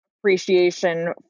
appreciation